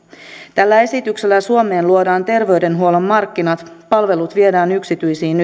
tällä esityksellä suomeen luodaan terveydenhuollon markkinat palvelut viedään yksityisiin